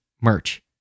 merch